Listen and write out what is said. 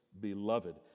beloved